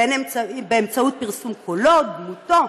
בין באמצעות פרסום של קולו, דמותו,